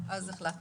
אז החלטנו.